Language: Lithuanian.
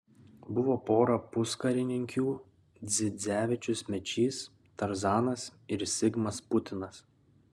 buvo pora puskarininkių dzidzevičius mečys tarzanas ir zigmas putinas